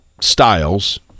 styles